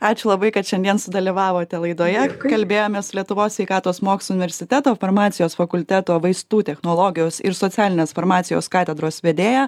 ačiū labai kad šiandien sudalyvavote laidoje kalbėjomės su lietuvos sveikatos mokslų universiteto farmacijos fakulteto vaistų technologijos ir socialinės farmacijos katedros vedėja